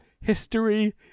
history